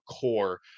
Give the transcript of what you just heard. core